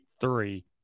three